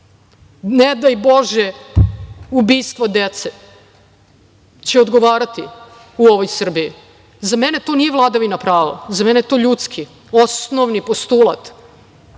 ne daj Bože, ubistvo dece, će odgovarati u ovoj Srbiji. Za mene to nije vladavina prava. Za mene je to ljudski, osnovni postulat.